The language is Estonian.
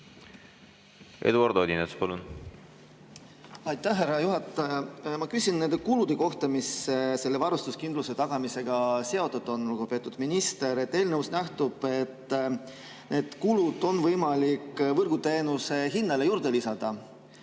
Eduard Odinets, palun! Aitäh, härra juhataja! Ma küsin nende kulude kohta, mis selle varustuskindluse tagamisega seotud on. Lugupeetud minister, eelnõust nähtub, et need kulud on võimalik võrguteenuse hinnale juurde lisada,